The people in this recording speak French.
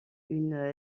une